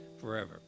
forever